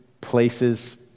places